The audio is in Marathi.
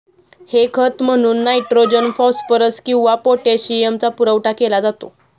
हे खत म्हणून नायट्रोजन, फॉस्फरस किंवा पोटॅशियमचा पुरवठा केला जातो